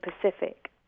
Pacific